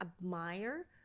admire